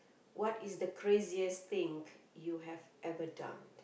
what is the craziest thing you have ever done